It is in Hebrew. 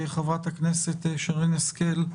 חברת הכנסת שרן השכל,